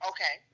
Okay